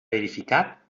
verificat